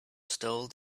stole